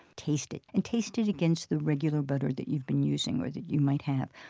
taste it and taste it against the regular butter that you've been using or that you might have.